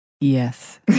Yes